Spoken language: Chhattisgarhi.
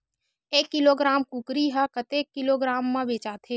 एक किलोग्राम कुकरी ह कतेक किलोग्राम म बेचाथे?